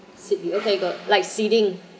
seedly okay good like seeding